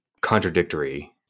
contradictory